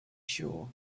sure